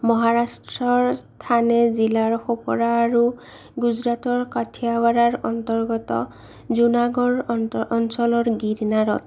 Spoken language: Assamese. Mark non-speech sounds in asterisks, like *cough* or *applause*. মহাৰাষ্ট্ৰৰ থানে জিলাৰ *unintelligible* পৰা আৰু গুজৰাটৰ কাথিয়াৱাৰাৰ অন্তৰ্গত জোনাগৰ *unintelligible* অঞ্চলৰ গিৰ্নাৰত